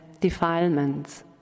defilements